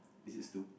is it Stu